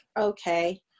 okay